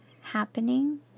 happening